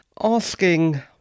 asking